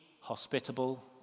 hospitable